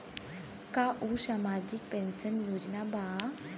का उ सामाजिक पेंशन योजना बा?